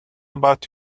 about